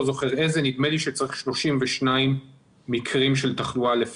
זוכר איזה נדמה לי שצריך לפחות 32 מקרים של תחלואה,